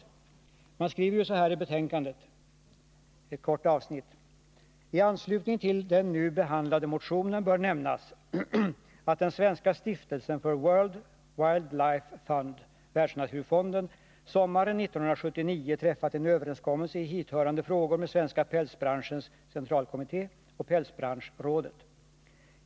Utskottet skriver så här i betän ”Tanslutning till den nu behandlade motionen bör nämnas att den svenska stiftelsen för World Wildlife Fund sommaren 1979 träffat en överenskommelse i hithörande frågor med Svenska pälsbranschens centralkommitté och Pälsbranschrådet.